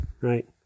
right